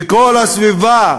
וכל הסביבה